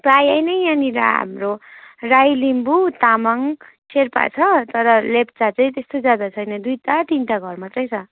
प्रायः नै यहाँनिर हाम्रो राई लिम्बू तामाङ सेर्पा छ तर लेप्चा चाहिँ त्यस्तो ज्यादा छैन दुइटा तिनटा घर मात्रै छ